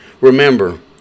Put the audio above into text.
Remember